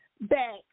back